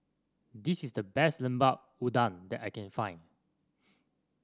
this is the best Lemper Udang that I can find